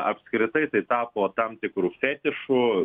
apskritai tai tapo tam tikru fetišu